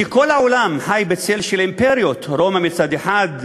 כשכל העולם חי בצל של אימפריות: רומא מצד אחד,